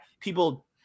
people